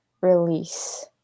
release